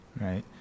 right